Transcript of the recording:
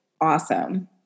awesome